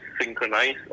synchronize